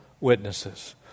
witnesses